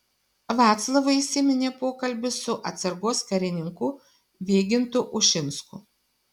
vaclavui įsiminė pokalbis su atsargos karininku vygintu ušinsku